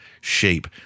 shape